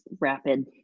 rapid